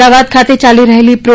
અમદાવાદ ખાતે ચાલી રહેલી પ્રો